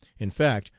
in fact,